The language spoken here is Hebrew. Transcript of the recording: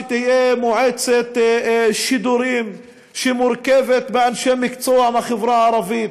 שתהיה מועצת שידורים שמורכבת מאנשי מקצוע מהחברה הערבית,